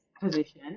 position